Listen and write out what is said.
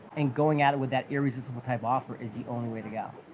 and going at it with that irresistible type of offer is the only way to go.